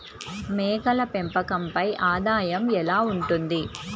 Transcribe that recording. మేకల పెంపకంపై ఆదాయం ఎలా ఉంటుంది?